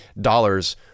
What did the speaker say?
dollars